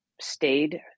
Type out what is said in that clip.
stayed